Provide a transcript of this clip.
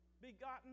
begotten